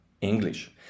English